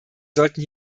sollten